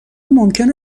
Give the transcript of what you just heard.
ممکن